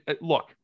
look